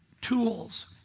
tools